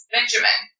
Benjamin